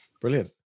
Brilliant